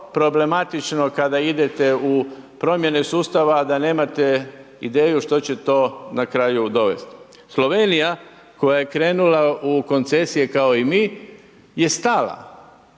problematično kada idete u promjene sustava, a da nemate ideju što će to na kraju dovest. Slovenija koja je krenula u koncesije kao i mi je stala.